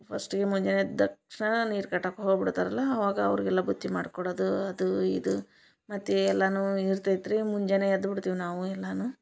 ಫಸ್ಟಿಗೆ ಮುಂಜಾನೆ ಎದ್ದ ತಕ್ಷಣ ನೀರು ಕಟ್ಟಾಕ್ ಹೋಗ್ಬುಡ್ತಾರಲ್ಲ ಅವಾಗ ಅವರಿಗೆಲ್ಲ ಬುತ್ತಿ ಮಾಡ್ಕೊಡದು ಅದು ಇದು ಮತ್ತು ಎಲ್ಲಾನು ಇರ್ತೈತ್ರಿ ಮುಂಜಾನೆ ಎದ್ದ್ ಬಿಡ್ತಿವಿ ನಾವು ಎಲ್ಲಾನು